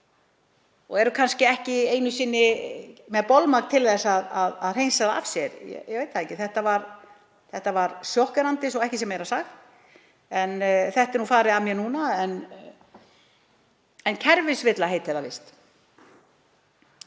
og eru kannski ekki einu sinni með bolmagn til að hreinsa það af sér. Ég veit það ekki. Þetta var sjokkerandi, svo að ekki sé meira sagt en þetta er farið af mér núna. Kerfisvilla heitir það víst